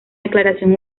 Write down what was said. declaración